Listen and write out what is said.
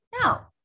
No